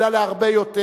אלא להרבה יותר,